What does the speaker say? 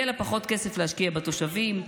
יהיה לה פחות כסף להשקיע בתושבים,